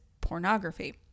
pornography